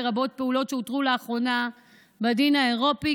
לרבות פעולות שהותרו לאחרונה בדין האירופי,